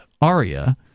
Aria